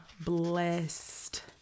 blessed